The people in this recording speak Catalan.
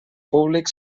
públic